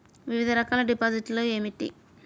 వివిధ రకాల డిపాజిట్లు ఏమిటీ?